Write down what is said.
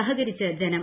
സഹകരിച്ച് ജനം